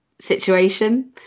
situation